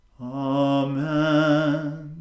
Amen